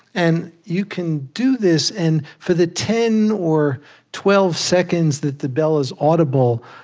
and you can do this, and for the ten or twelve seconds that the bell is audible,